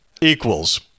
equals